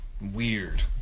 weird